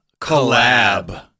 Collab